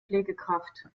pflegekraft